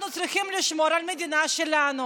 אנחנו צריכים לשמור על המדינה שלנו.